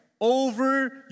over